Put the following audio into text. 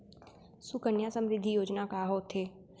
सुकन्या समृद्धि योजना का होथे